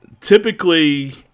typically